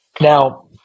Now